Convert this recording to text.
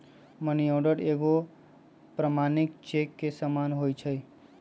money order एगो प्रमाणिक cheque के समान होइ छै